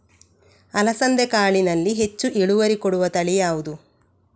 ಅಲಸಂದೆ ಕಾಳಿನಲ್ಲಿ ಹೆಚ್ಚು ಇಳುವರಿ ಕೊಡುವ ತಳಿ ಯಾವುದು?